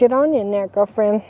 get on in there girlfriend